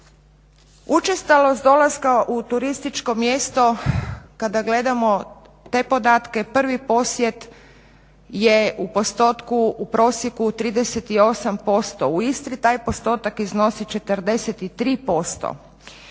Učestalost dolaska u turističko mjesto kada gledamo te podatke, prvi posjet je u postotku u prosjeku 38% u Istri, taj postotak iznosi 43%.